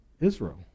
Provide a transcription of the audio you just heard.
Israel